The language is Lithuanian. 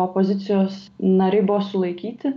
opozicijos nariai buvo sulaikyti